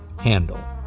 handle